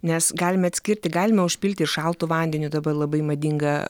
nes galime atskirti galima užpilti ir šaltu vandeniu dabar labai madinga